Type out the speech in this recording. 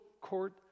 court